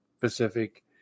Pacific